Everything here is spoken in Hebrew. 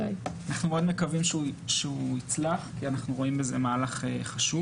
אנחנו מאוד מקווים שהוא יצלח כי אנחנו רואים בזה מהלך חשוב.